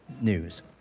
news